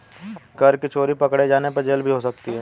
कर की चोरी पकडे़ जाने पर जेल भी हो सकती है